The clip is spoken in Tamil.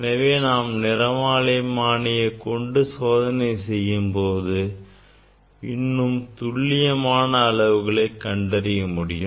எனவே நாம் நிறமாலைமானி கொண்டு இந்த சோதனையை செய்யும்போது இன்னும் துல்லியமான அளவுகளை கண்டறிய முடியும்